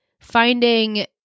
finding